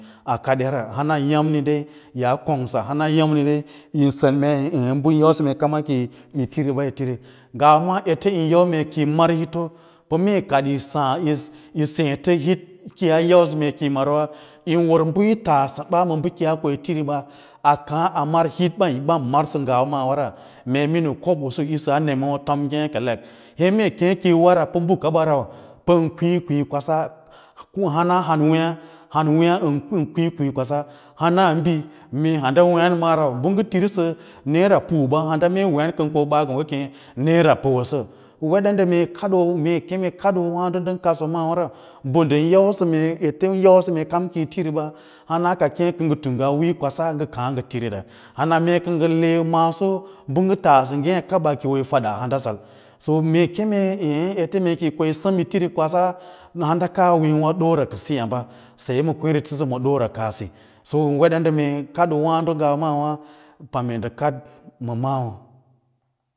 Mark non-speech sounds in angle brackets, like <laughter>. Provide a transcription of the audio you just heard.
A kaɗ ya ra, hana ya’mni, <unintelligible> hanan ya’mni yin sen mei bə yi kosə mee kama kiyi tiri ɓa yo tiri, ngawa maa mee ete yīn yau mee kī yi mar hito pə mee ya kad yi saã, yi seẽ tə hit kiyaa yau mee kiyi marara, yín wər bə yi taasə ma bə kiyaa ko yi tiriɓa a kaã a mar hit u bən marsa ngawawara mee miniu kobo usu yisaa nemewa tom ngêkelek he mee ke ki yi wara pə mbəkaɓa pən kwiikwii kwasa u han han weẽyâ hanweẽyâ ən kwiilwii kwasa, hanan bi mee handa weẽr maa rau bə ngə tirisə naira puɓa mee handa weẽnə ngə ko, ɓaa ko ngə kěě naira puwəsa weɗa mee kaɗoo mee keme kaɗoowaãɗo ndən kadsəwa maa har nbə ndən yausə mee ete kam kiyi tiri ɓa hana ngə kěě kə ngə tung a wííyo kwasa ngə kaã ngə tiri n hana mee kə ngə le maaso bə ngə taasə ngêk kaba kiyi wo yi faɗaa hanɗasal so mee keme eẽ ete kiyi ko m ko yi səm yi firi kwasa han ka weẽwa ɗoora kwasi emba saye ma kweẽrete-isi sasema ɗoora kaa si, so əm weɗa mee kadoowǎǎdo ngawa maawâ pamme ndə kaɗ ma maꞌawo.